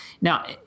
now